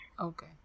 okay